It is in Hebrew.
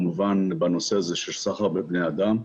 בנושא הזה של סחר בבני אדם.